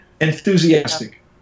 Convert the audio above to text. enthusiastic